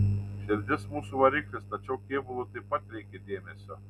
širdis mūsų variklis tačiau kėbului taip pat reikia dėmesio